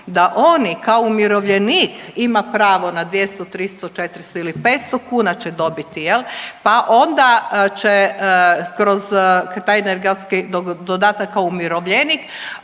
da oni kao umirovljenik ima pravo na 200, 300, 400 ili 500 kuna će dobiti, pa onda će kroz taj energetski dodatak kao umirovljenik,